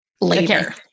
later